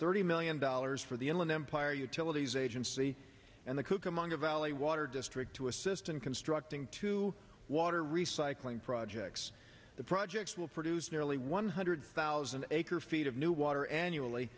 thirty million dollars for the inland empire utilities agency and the cucamonga valley water district to assist in constructing two water recycling projects the projects will produce nearly one hundred thousand acre feet of new water annually